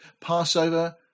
Passover